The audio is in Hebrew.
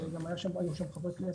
גם היו שם חברי כנסת,